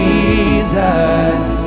Jesus